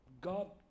God